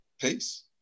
peace